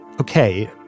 okay